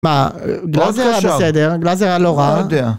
מה, לה זה היה בסדר? לה זה היה לא רע?